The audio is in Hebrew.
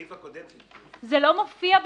זה לא מופיע בפניכם.